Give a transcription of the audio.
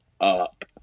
Up